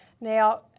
Now